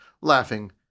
laughing